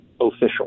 official